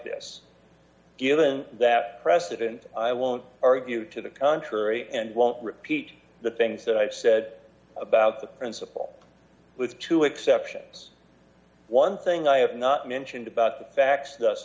this given that precedent i won't argue to the contrary and won't repeat the bangs that i've said about the principal with two exceptions one thing i have not mentioned about the facts th